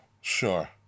Sure